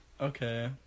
Okay